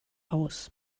aus